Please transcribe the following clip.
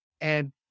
And-